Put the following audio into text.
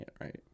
right